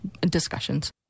discussions